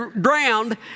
drowned